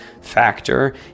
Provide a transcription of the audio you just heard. factor